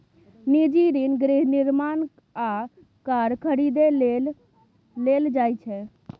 निजी ऋण गृह निर्माण आ कार खरीदै लेल लेल जाइ छै